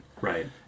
Right